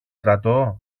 στρατό